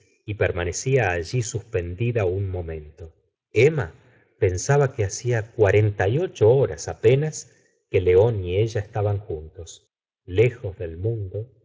y permanecía alli suspendida un momento emma pensaba que hacia cuarenta y ocho horas apenas que león y ella estaban juntos lejos del mundo